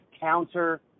counter